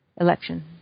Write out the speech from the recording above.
election